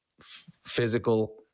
physical